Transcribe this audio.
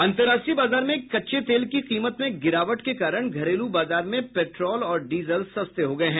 अन्तर्राष्ट्रीय बाजार में कच्चे तेल की कीमत में गिरावट के कारण घरेलू बाजार में पेट्रोल और डीजल सस्ते हो गये हैं